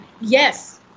yes